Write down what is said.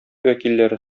вәкилләре